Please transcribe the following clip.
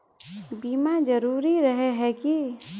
बीमा जरूरी रहे है की?